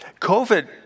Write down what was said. COVID